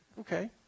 okay